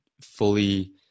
fully